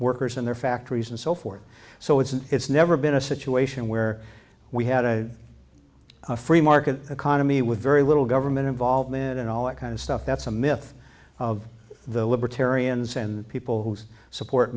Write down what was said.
workers in their factories and so forth so it's never been a situation where we had a a free market economy with very little government involvement and all that kind of stuff that's a myth of the libertarians and people whose support